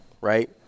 right